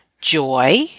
joy